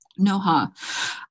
noha